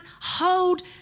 hold